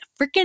freaking